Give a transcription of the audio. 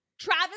Travis